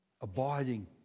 abiding